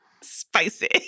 spicy